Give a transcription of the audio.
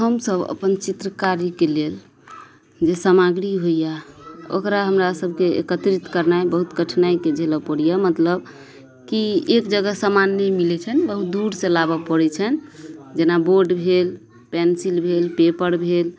हमसब अपन चित्रकारीके लेल जे सामग्री होइए ओकरा हमरा सभके एकत्रित करनाइ बहुत कठिनाइके झेलऽ पड़इए मतलब कि एक जगह सामान नहि मिलय छनि बहुत दूरसँ लाबऽ पड़य छन्हि जेना बोर्ड भेल पेन्सिल भेल पेपर भेल